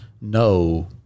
no